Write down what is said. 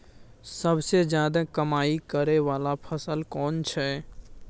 सबसे ज्यादा कमाई करै वाला फसल कोन छै?